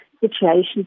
situations